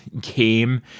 game